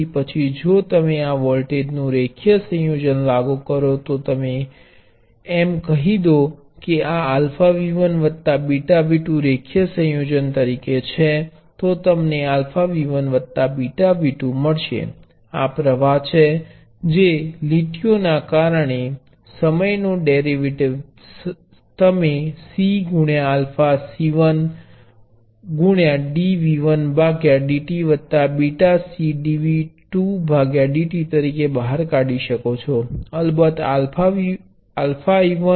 પછી જો તમે આ વોલ્ટેજનું રેખીય સંયોજન લાગુ કરો તો એમ કહી દો કે આ αV1 β V2 રેખીય સંયોજન તરીકે છે તો તમને αV1 β V2 મળશે આ પ્ર્વાહ છે જે લીટીઓના કારણે સમય ડેરિવેટિવ તમે C α Cdv1dt β C dv2dt તરીકે બહાર કાઢી શકો છો અલબત્ત αI1 βI2 છે